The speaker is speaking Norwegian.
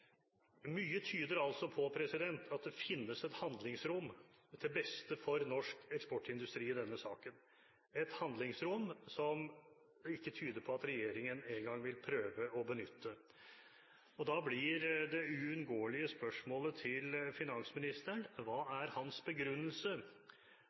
Mye tyder altså på at det finnes et handlingsrom til beste for norsk eksportindustri i denne saken, et handlingsrom som det ikke engang tyder på at regjeringen vil prøve å benytte. Da blir det uunngåelige spørsmålet til finansministeren: Hva